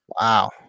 Wow